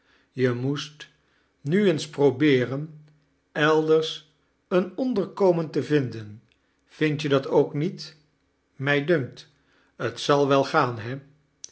je moest nu eens probeeren elders een onderkomen ite vinden vind je dat ook niet mij dunkt t zal wel gaan he